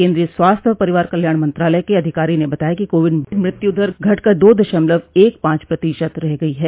केन्द्रीय स्वास्थ्य और परिवार कल्याण मंत्रालय के अधिकारी ने बताया कि कोविड मृत्यु दर घटकर दो दशमलव एक पांच प्रतिशत रह गई है